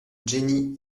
jenny